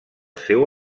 seu